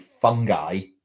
fungi